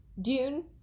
Dune